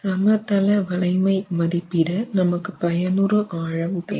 சமதள வளைமை மதிப்பிட நமக்கு பயனுறு ஆழம் தேவை